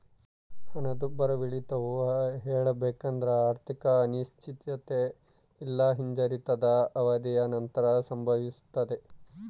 ಹಣದುಬ್ಬರವಿಳಿತವು ಹೇಳಬೇಕೆಂದ್ರ ಆರ್ಥಿಕ ಅನಿಶ್ಚಿತತೆ ಇಲ್ಲಾ ಹಿಂಜರಿತದ ಅವಧಿಯ ನಂತರ ಸಂಭವಿಸ್ತದೆ